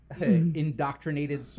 indoctrinated